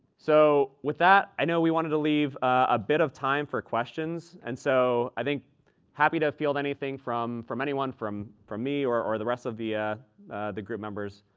so with that i know we wanted to leave a bit of time for questions and so i think happy to goal anything from from anyone from from me or or the rest of the ah the group members,